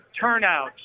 turnout